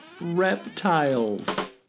Reptiles